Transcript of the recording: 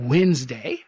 Wednesday